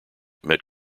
met